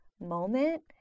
moment